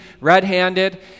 red-handed